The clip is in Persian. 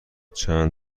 چعر